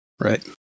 right